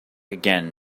again